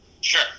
Sure